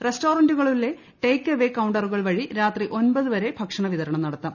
റസ്റ്റോറന്റുകളിലെ take away കൌണ്ടറുകൾ വഴി രാത്രി ഒൻപത് വരെ ഭക്ഷണവിതരണം നടത്താം